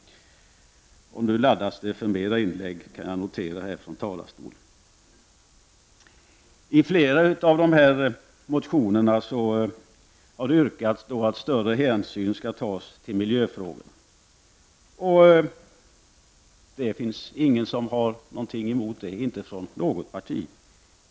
Nu laddas det för flera inlägg kan jag notera från talarstolen. I flera av motionerna har det yrkats att man skall ta större hänsyn till miljöfrågorna. Det finns ingen som har något emot det, inte från något parti.